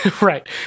Right